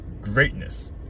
greatness